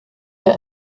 der